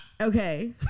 okay